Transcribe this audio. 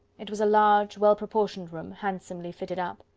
it was a large, well proportioned room, handsomely fitted up.